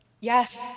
Yes